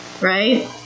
Right